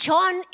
John